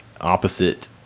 opposite